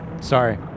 Sorry